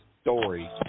story